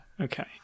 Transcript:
Okay